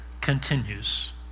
continues